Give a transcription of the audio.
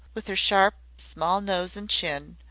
with her sharp, small nose and chin,